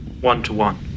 one-to-one